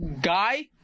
Guy